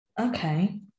Okay